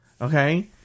Okay